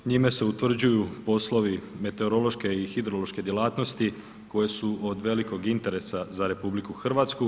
Njime se utvrđuju poslovi meteorološke i hidrološke djelatnosti koje su od velikog interesa za RH.